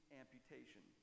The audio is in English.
amputation